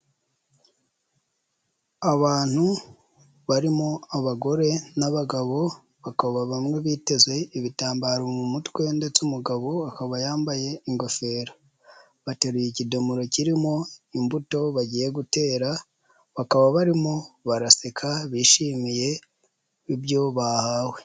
Abantu barimo abagore n'abagabo bakaba bamwe biteze ibitambaro mu mutwe ndetse umugabo akaba yambaye ingofero, bateruye ikidomoro kirimo imbuto bagiye gutera, bakaba barimo baraseka bishimiye ibyo bahawe.